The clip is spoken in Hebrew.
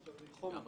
תיכף